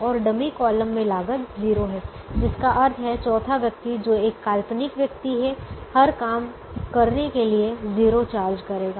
और dummy column में लागत 0 है जिसका अर्थ है चौथा व्यक्ति जो एक काल्पनिक व्यक्ति है हर काम करने के लिए 0 चार्ज करेगा